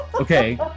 Okay